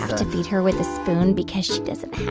to feed her with a spoon because she doesn't have